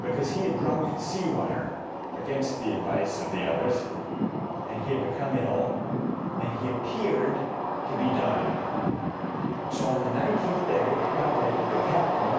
because he had drunk sea water against the advice of the others and he had become ill and he appeared to be dying so on the nineteenth day dudley, the captain,